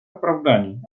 оправданий